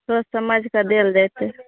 सोचि समझिके देल जेतै